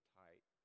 tight